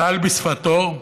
דל בשפתו,